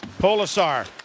Polisar